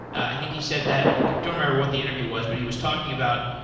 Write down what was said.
i think he said that i don't remember what the interview was, but he was talking about,